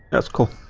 escort